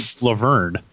Laverne